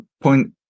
point